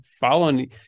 following